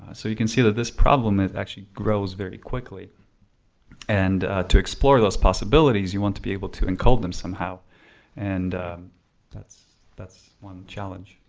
so you can see that this problem actually grows very quickly and to explore those possibilities, you want to be able to in call them somehow and that's that's one challenge.